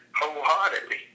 wholeheartedly